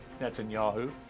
Netanyahu